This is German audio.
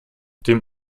dem